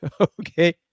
Okay